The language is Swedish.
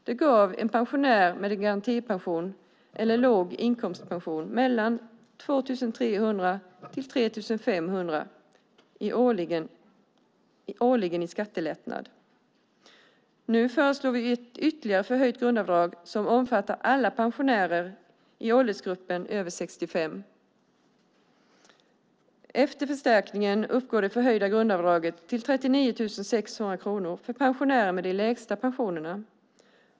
Det gav en pensionär med garantipension eller låg inkomstpension mellan 2 300 och 3 500 kronor årligen i skattelättnader. Nu föreslår vi ett ytterligare förhöjt grundavdrag som omfattar alla pensionärer i åldersgruppen över 65 år. Efter förstärkningen uppgår det förhöjda grundavdraget till 39 600 kronor för pensionärer med de lägsta pensionerna.